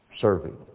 serving